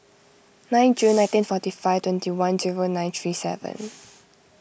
nine June nineteen forty five twenty one zero nine three seven